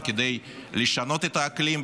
וכדי לשנות את האקלים,